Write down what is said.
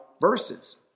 verses